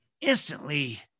instantly